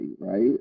right